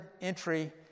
entry